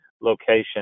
location